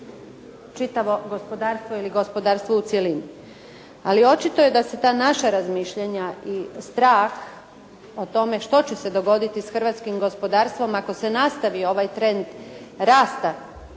čitavo gospodarstvo ili gospodarstvo u cjelini. Ali očito je da se ta naša razmišljanja i strah o tome što će se dogoditi s hrvatskim gospodarstvom ako se nastavi ovaj trend rasta